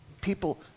people